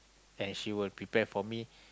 and she will prepare for me